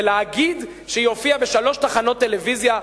ולהגיד שהיא הופיעה בשלוש תחנות טלוויזיה,